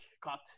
cut